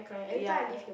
ya